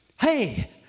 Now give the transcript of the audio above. Hey